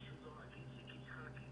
ולא יהיה אף אחד שיפקח על הממשלה.